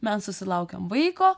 mes susilaukiam vaiko